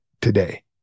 today